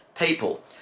people